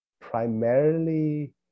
primarily